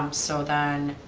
um so then,